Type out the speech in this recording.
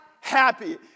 happy